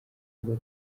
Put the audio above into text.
ngo